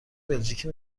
بلژیکی